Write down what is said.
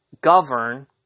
govern